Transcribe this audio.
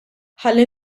ħalli